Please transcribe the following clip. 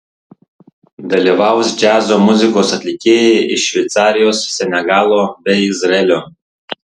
dalyvaus džiazo muzikos atlikėjai iš šveicarijos senegalo bei izraelio